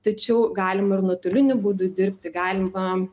tačiau galima ir nuotoliniu būdu dirbti galima